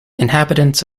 inhabitants